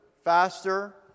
Faster